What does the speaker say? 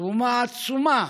תרומה עצומה.